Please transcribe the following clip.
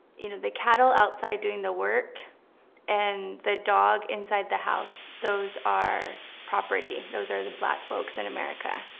you know, the cattle outside doing the work and the dog inside the house, those are property. those are the black folks in america.